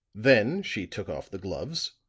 then she took off the gloves,